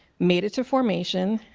made it to formation.